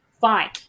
fine